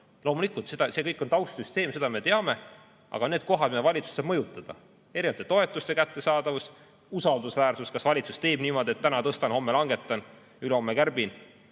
Loomulikult, see kõik on taustsüsteem, seda me teame. Aga need asjad, mida valitsus saab mõjutada, erinevate toetuste kättesaadavus, usaldusväärsus, kas valitsus teeb niimoodi, et täna tõstan, homme langetan ja ülehomme kärbin,